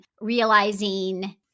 realizing